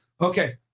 okay